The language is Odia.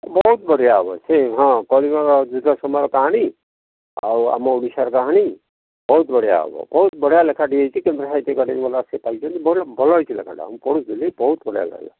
ବହୁତ ବଢ଼ିଆ ହବ ଯେଉଁ ହଁ କଳିଙ୍ଗ ଯୁଦ୍ଧ ସମୟ କାହାଣୀ ଆଉ ଆମ ଓଡ଼ିଶାର କାହାଣୀ ବହୁତ ବଢ଼ିଆ ହବ ବହୁତ ବଢ଼ିଆ ଲେଖାଟିଏ ହେଇଛି ସାହିତ୍ୟ ଏକାଡ଼େମୀ ସେ ପାଇଛନ୍ତି ଭଲ ଭଲ ହେଇଛି ଲେଖାଟା ମୁଁ ପଢ଼ୁଥିଲି ବହୁତ ବଢ଼ିଆ ହେଇଛି ଲେଖାଟା